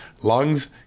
lungs